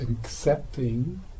Accepting